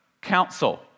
council